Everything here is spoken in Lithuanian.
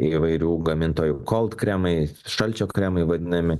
įvairių gamintojų kold kremai šalčio kremai vadinami